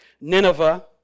Nineveh